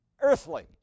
earthly